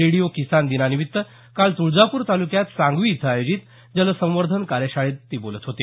radio किसान दिनानिमित्त काल तुळजापूर तालुक्यात सांगवी इथं आयोजित जलसंवर्धन कार्यशाळेत बोलत होते